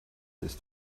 ist